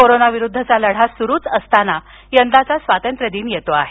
corona विरुद्धचा लढा सुरूच असताना यंदाचा स्वातंत्र्यदिन येतो आहे